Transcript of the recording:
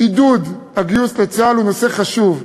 עידוד הגיוס לצה"ל הוא נושא חשוב.